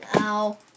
Ow